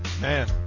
Man